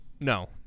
no